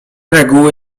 reguły